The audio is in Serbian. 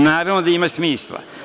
Naravno da ima smisla.